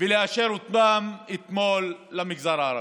ולאשר אותם אתמול למגזר הערבי.